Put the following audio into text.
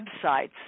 websites